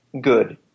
good